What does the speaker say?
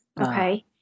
Okay